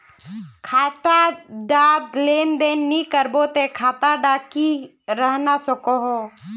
खाता डात लेन देन नि करबो ते खाता दा की रहना सकोहो?